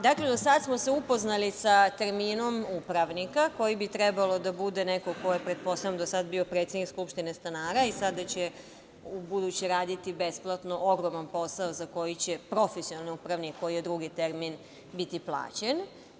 Dakle, do sada smo se upoznali sa terminom upravnika, koji bi trebalo da bude neko ko je pretpostavljam do sada bio predsednik skupštine stanara i sada će u buduće raditi besplatno ogroman posao, za koji će profesionalni upravnik, koji je drugi termin, biti plaćen.